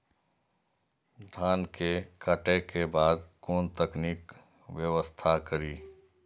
धान के काटे के बाद कोन तकनीकी व्यवस्था करी?